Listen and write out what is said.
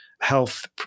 health